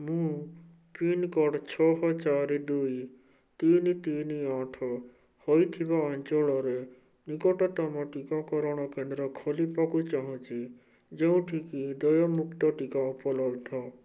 ମୁଁ ପିନ୍କୋଡ଼ ଛଅ ଚାରି ଦୁଇ ତିନି ତିନି ଆଠ ହୋଇଥିବା ଅଞ୍ଚଳରେ ନିକଟତମ ଟିକାକରଣ କେନ୍ଦ୍ର ଖୋଲିବାକୁ ଚାହୁଁଛି ଯେଉଁଠିକି ଦେୟମୁକ୍ତ ଟିକା ଉପଲବ୍ଧ